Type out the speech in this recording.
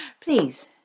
Please